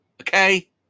okay